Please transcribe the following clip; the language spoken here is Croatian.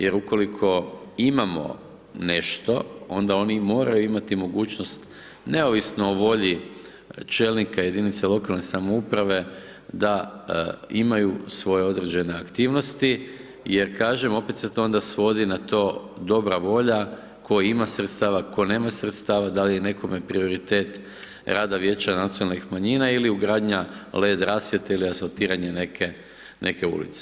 Jer ukoliko imamo nešto, onda oni moraju imati mogućnost, neovisno o volji čelnika jedinice lokalne samouprave da imaju svoje određene aktivnosti, jer kažem, opet se to svodi na to dobra volja, tko ima sredstava, tko nema sredstava, da li je nekome prioritet rada vijeća nacionalnih manjina ili ugradnja led rasvijetle ili abortiranje neke ulice.